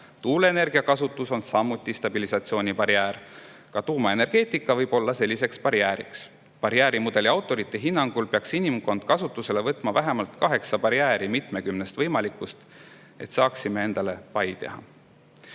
tuuleenergia kasutus on samuti stabilisatsioonibarjäär ja ka tuumaenergeetika võib olla selline barjäär. Barjäärimudeli autorite hinnangul peaks inimkond kasutusele võtma vähemalt kaheksa barjääri mitmekümnest võimalikust, et saaksime endale pai teha.